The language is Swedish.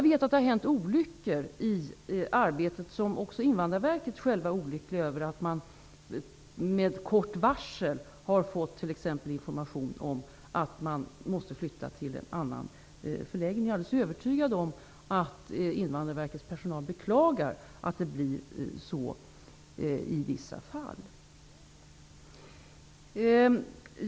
Det har hänt olyckor i arbetet, något som man på Invandrarverket också är olycklig över, nämligen att någon med kort varsel fått information om att denne måste flytta till en annan förläggning. Jag är alldeles övertygad om att Invandrarverkets personal beklagar att det blir så i vissa fall.